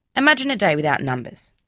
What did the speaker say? imagine a day without numbers.